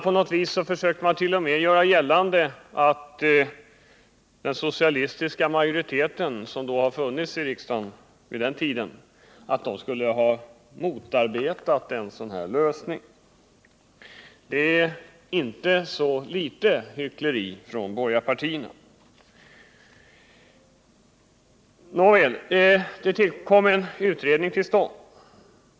På något vis försökte de borgerliga t.o.m. göra gällande att den socialistiska majoritet, som fanns i riksdagen vid den tiden, skulle ha motarbetat en sådan här lösning. Det är inte så litet hyckleri från borgarpartierna. Nåväl, det kom en utredning till stånd.